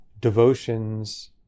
devotions